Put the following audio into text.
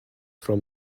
from